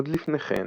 עוד לפני-כן,